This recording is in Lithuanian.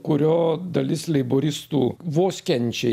kurio dalis leiboristų vos kenčia